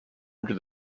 under